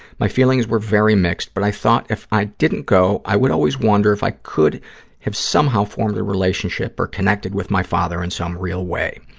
my feelings were very mixed, but i thought if i didn't go i would always wonder if i could have somehow formed a relationship or connected with my father in some real way.